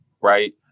right